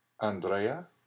Andrea